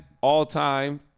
all-time